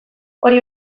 hori